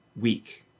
week